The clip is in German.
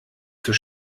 zur